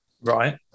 Right